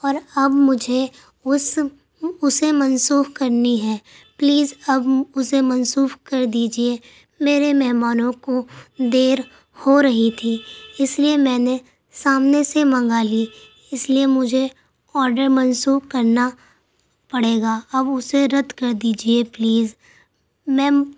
اور اب مجھے اُس اُسے منسوخ کرنی ہے پلیز اب اُسے منسوخ کر دیجیے میرے مہمانوں کو دیر ہو رہی تھی اِس لیے میں نے سامنے سے منگا لی اِس لیے مجھے آڈر منسوخ کرنا پڑے گا اب اُسے رد کر دیجیے پلیز میم